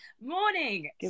morning